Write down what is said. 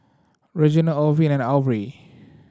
Reginald Orville and Aubrie